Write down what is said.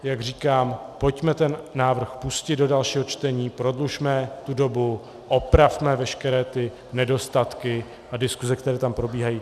Jak říkám, pojďme ten návrh pustit do dalšího čtení, prodlužme tu dobu, opravme veškeré nedostatky a diskuse, které tam probíhají...